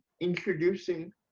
introducing